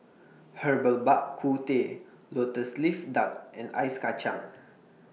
Herbal Bak Ku Teh Lotus Leaf Duck and Ice Kacang